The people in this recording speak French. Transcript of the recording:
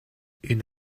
une